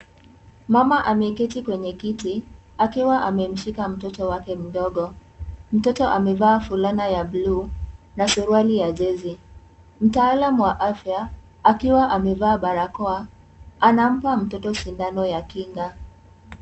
Mama ameketi kwenye kiti, akiwa amemshika mtoto wake mdogo. Mtoto amevaa fulana ya bluu, na suruali ya jezi. Mtaalam wa afya, akiwa amevaa barakoa, anampa mtoto sindano ya kinga.